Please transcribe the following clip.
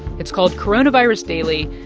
it's called coronavirus daily,